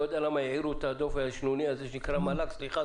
לא יודע למה העירו את הדב הישנוני הזה שנקרא מל"ג סליחה,